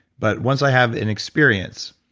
but once i have an experience,